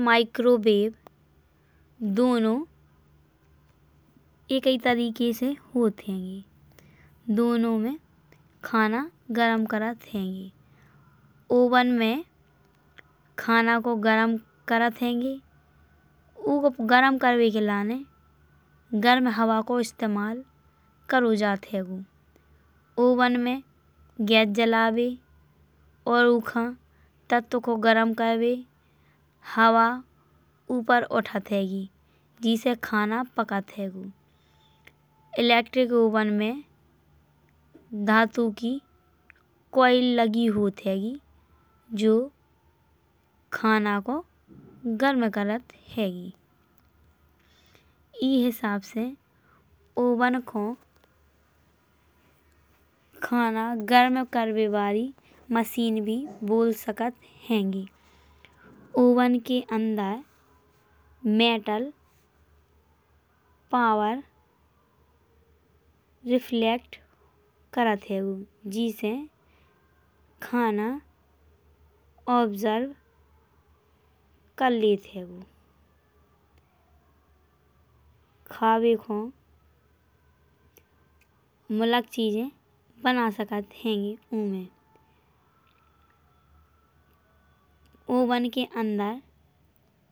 माइक्रोवेव दोनों एकै तरिके से होत हैंगे। दोनों में खाना गरम करत हैंगे। ओवन में खाना को गरम करत हैंगे। ऊको गरम करण के लाने गरम हवा को इस्तेमाल करत जात हैंगो। ओवन में गैस जलावे और ऊखा तत्व का गरम करबे। हवा ऊपर उठत हैंगी जेसे खाना पकत हैंगो। इलेक्ट्रिक ओवन में धातु की कॉइल लगी होत हैंगी। जो खाना को गरम करत हैंगी। ई हिसाब से ओवन को खाना गरम करबे वाली मशीन भी बोल सकत हैंगे। ओवन के अंदर मेटल पावर रिफ्लेक्ट करत हैंगो। जेसे खाना ऑब्जर्ब कर लेत हैंगो। खाबे को मुलक चीजें बना सकत हैंगे ऊमें ओवन के अंदर।